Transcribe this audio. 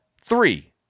three